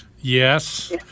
Yes